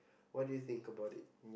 what do you think about it